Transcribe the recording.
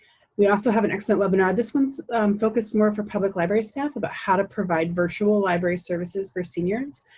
we also have an excellent webinar, this one's focused more for public library staff about how to provide virtual library services for seniors,